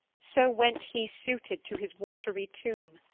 so went he suited to his watery tomb.